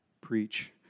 preach